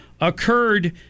occurred